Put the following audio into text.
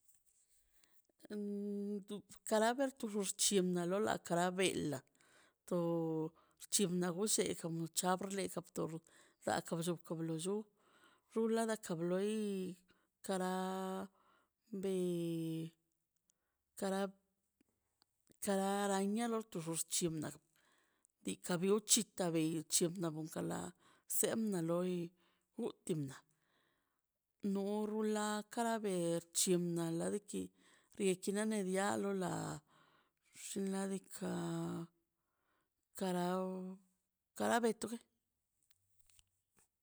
Um di kara bie karduchi tiem (unintiligible) na lo la kara bela to bchena gushe ka mucha lerka tor da ka bllu la ka blo llu rula la ka bloi kara be kara niana lobtoxo xchimna diikaꞌ blo chika bel na bchina luka lai semna loi utimna no rula kara be bchi na ladi ki dekara mia loi la xinladika kara kara betuki